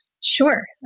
Sure